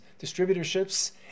distributorships